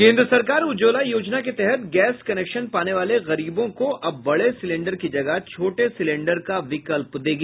केन्द्र सरकार उज्ज्वला योजना के तहत गैस कनेक्शन पाने वाले गरीबों को अब बड़े सिलेंडर की जगह छोटे सिलेंडर का विकल्प देगी